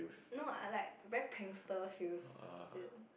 no I like very prankster feels is it